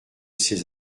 ces